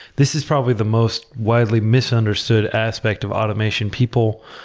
this is probably the most widely misunderstood aspect of automation. people